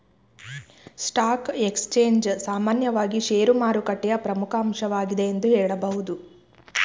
stock exchange ಸಾಮಾನ್ಯವಾಗಿ ಶೇರುಮಾರುಕಟ್ಟೆಯ ಪ್ರಮುಖ ಅಂಶವಾಗಿದೆ ಎಂದು ಹೇಳಬಹುದು